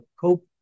cope